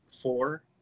Four